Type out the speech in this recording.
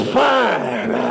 fine